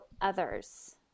others